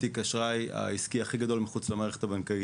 תיק האשראי העסקי הכי גדול מחוץ למערכת הבנקאית